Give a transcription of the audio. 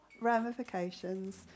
ramifications